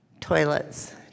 Toilets